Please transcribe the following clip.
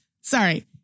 Sorry